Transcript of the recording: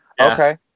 Okay